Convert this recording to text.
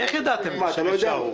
מה, אתה לא יודע?